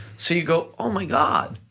so you go, oh, my god,